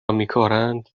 میکارند